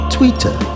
Twitter